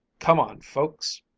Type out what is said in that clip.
come on, folks,